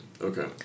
okay